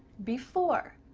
before,